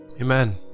Amen